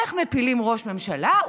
איך מפילים ראש ממשלה?